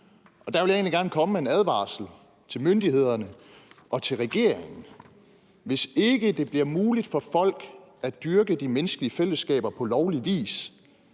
Der vil jeg egentlig gerne komme med en advarsel til myndighederne og til regeringen. Hvis ikke det bliver muligt for folk at dyrke de menneskelige fællesskaber på lovlig vis,